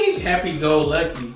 happy-go-lucky